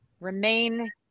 remain